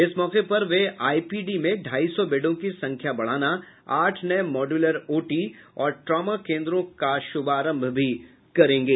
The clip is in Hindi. इस मौके पर वे आईपी डी में ढ़ाई सौ बेडों की संख्या बढ़ाना आठ नए मॉड्यूलर ओ टी और ट्रॉमा केंद्रों का शुभारंभ भी करेंगे